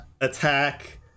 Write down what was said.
attack